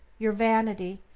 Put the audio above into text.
your vanity,